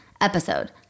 episode